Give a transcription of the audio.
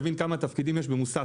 תבין כמה תפקידים יש במוסך,